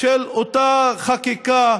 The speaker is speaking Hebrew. של אותה חקיקה,